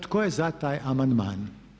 Tko je za taj amandman?